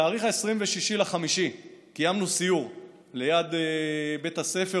בתאריך 26 במאי קיימנו סיור ליד בית הספר